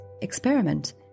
experiment